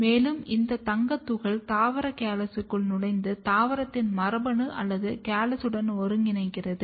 மேலும் இந்த தங்கத் துகள் தாவர கேலஸுக்குள் நுழைந்து தாவரத்தின் மரபணு அல்லது கேலஸுடன் ஒருங்கிணைக்கிறது